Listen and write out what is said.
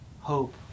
hope